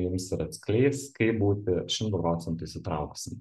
jums ir atskleis kaip būti šimtu procentų įsitraukusiam